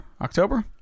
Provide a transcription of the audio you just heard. October